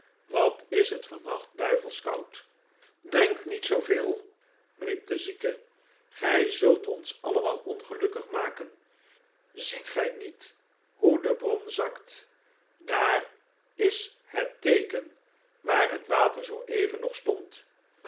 wat is het vannacht duivelsch koud drink niet zooveel riep de zieke gij zult ons allemaal bngelukkig maken ziet gij niet hoe de bron zakt daar is het teeken waar het water zooeven nog stond